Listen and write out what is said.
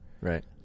Right